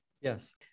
Yes